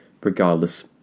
regardless